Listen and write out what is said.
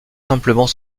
simplement